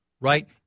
right